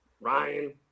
Ryan